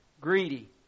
greedy